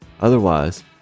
Otherwise